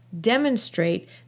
demonstrate